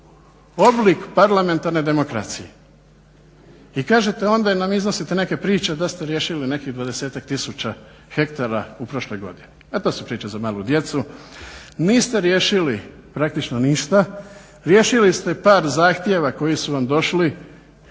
oblik parlamentarne demokracije. I kažete onda nam iznosite neke priče da ste riješili nekih 20-ak tisuća hektara u prošloj godini. To su priče za malu djecu. Niste riješili praktično ništa, riješili ste par zahtjeva koji su vam došli